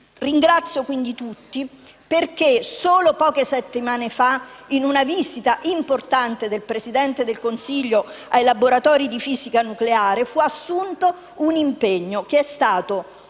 Ringrazio tutti, perché solo poche settimana fa, durante la visita importante del Presidente del Consiglio ai laboratori di fisica nucleare fu assunto un impegno, che è stato